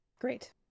Great